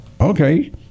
Okay